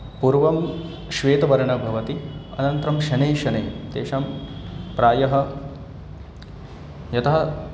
पूर्वं श्वेतवर्णः भवति अनन्तरं शनैः शनैः तेषां प्रायः यतः